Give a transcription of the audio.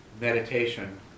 meditation